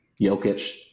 Jokic